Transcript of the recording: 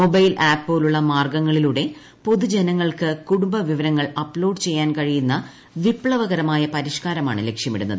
mobile app പോലുള്ള മാർഗ്ഗങ്ങളിലൂടെ പൊതുജനങ്ങൾക്ക് കുടുംബവിവരങ്ങൾ അപ്ലോഡ് ചെയ്യാൻ കഴിയുന്ന വിപ്തവകരമായ പരിഷ്ക്കാരമാണ് ലക്ഷ്യമിടുന്നത്